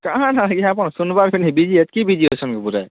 କାଣା ଆଜ୍ଞା ଆପଣ୍ ସୁନ୍ଵାର୍କେ ନେଇ ବିଜି ଏତ୍କି ବିଜି ଅଛନ୍ ବୋଧେ